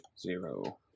Zero